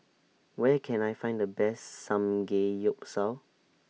Where Can I Find The Best Samgeyopsal